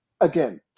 again